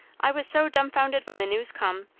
i was so dumbfounded when the news come,